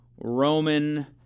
Roman